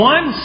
One